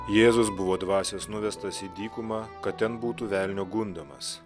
jėzus buvo dvasios nuvestas į dykumą kad ten būtų velnio gundomas